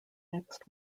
mixed